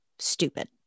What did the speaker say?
Stupid